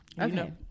okay